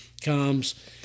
Comes